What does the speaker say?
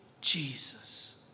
Jesus